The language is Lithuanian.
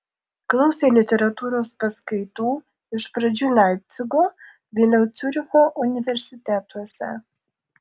klausė literatūros paskaitų iš pradžių leipcigo vėliau ciuricho universitetuose